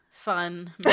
fun